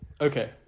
Okay